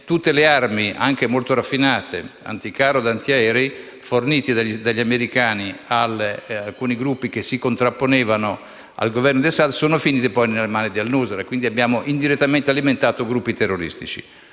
Tutte le armi, anche molto raffinate, anticarro e antiaerei, fornite dagli americani ad alcuni gruppi che si contrapponevano al Governo di Assad, sono finite nelle mani di al-Nusra. Abbiamo, quindi, indirettamente alimentato gruppi terroristici.